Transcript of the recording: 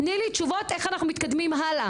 תני לי תשובות איך אנחנו מתקדמים הלאה.